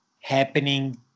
happening